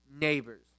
neighbors